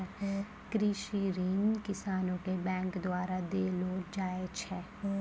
कृषि ऋण किसानो के बैंक द्वारा देलो जाय छै